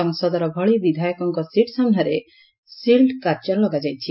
ସଂସଦର ଭଳି ବିଧାୟକଙ୍ଙ ସିଟ୍ ସାମ୍ନାରେ ସିଲ୍ଡ କାଚ ଲଗାଯାଇଛି